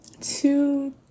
two